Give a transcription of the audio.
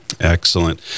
Excellent